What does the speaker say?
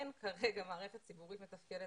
אין כרגע מערכת ציבורית מתפקדת.